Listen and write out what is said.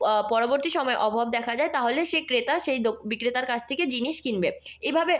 পরবর্তী সময়ে অভাব দেখা যায় তাহলে সেই ক্রেতা সেই বিক্রেতার কাছ থেকে জিনিস কিনবে এভাবে